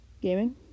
Gaming